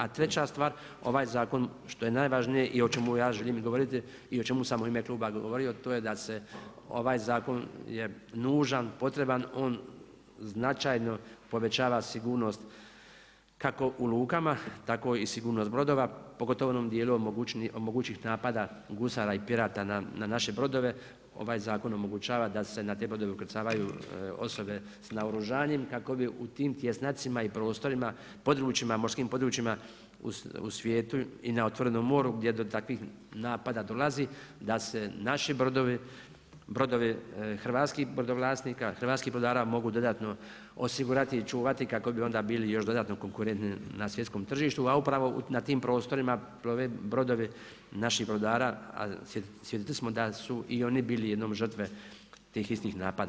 A treća stvar, ovaj zakon što je najvažnije i o čemu ja želim i govoriti i o čemu sam i u ime kluba govorio to je da se ovaj zakon je nužan, potreban, on značajno povećava sigurnost kako u lukama, tako i sigurnost brodova pogotovo u onom dijelu od mogućih napada gusara i pirata na naše brodove ovaj zakon omogućava da se na te brodove ukrcavaju osobe sa naoružanjem kako bi u tim tjesnacima i prostorima, područjima, morskim područjima u svijetu i na otvorenom moru gdje do takvih napada dolazi da se naši brodovi hrvatskih brodovlasnika, hrvatskih brodara, mogu dodatno osigurati i čuvati kako bi onda bili još dodatno konkurentni na svjetskom tržištu, a upravo na tim prostorima brodovi naših brodara, a svjesni smo da su i oni bili jednom žrtve tih istih napada.